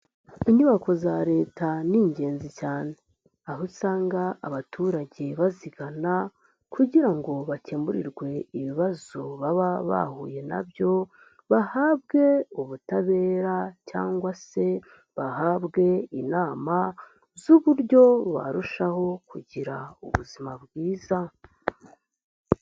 Inyubako za Leta ni ingenzi cyane aho usanga abaturage bazigana, kugira ngo bakemurirwe ibibazo baba bahuye na byo bahabwe ubutabera, cyangwa se bahabwe inama z'uburyo barushaho kugira ubuzima bwiza.